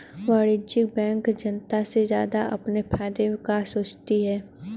वाणिज्यिक बैंक जनता से ज्यादा अपने फायदे का सोचती है